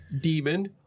Demon